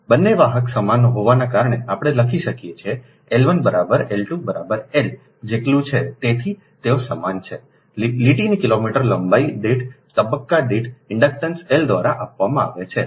બંને વાહક સમાન હોવાને કારણે આપણે લખી શકીએ છીએ L 1 બરાબર L 2 બરાબર L જેટલું છે તેથી તેઓ સમાન છે લીટીના કિલોમીટર લંબાઈ દીઠ તબક્કા દીઠ ઇન્ડક્ટન્સ L દ્વારા આપવામાં આવે છે 0